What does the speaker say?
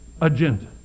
agenda